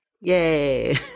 Yay